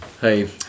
Hey